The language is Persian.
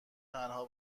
تنها